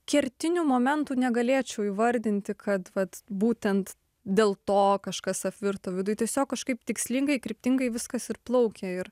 kertinių momentų negalėčiau įvardinti kad vat būtent dėl to kažkas apvirto viduj tiesiog kažkaip tikslingai kryptingai viskas ir plaukė ir